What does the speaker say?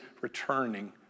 returning